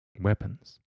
Weapons